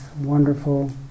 wonderful